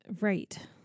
right